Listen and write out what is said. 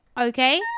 Okay